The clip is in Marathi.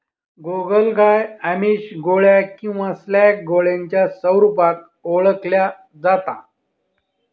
गोगलगाय आमिष, गोळ्या किंवा स्लॅग गोळ्यांच्या स्वरूपात ओळखल्या जाता